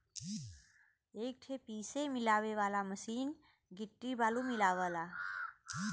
एक ठे पीसे मिलावे वाला मसीन गिट्टी बालू मिलावला